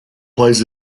plays